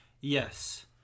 Yes